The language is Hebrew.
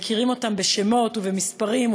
מכירים אותם בשמות ובמספרים,